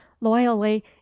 loyally